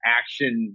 action